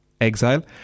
exile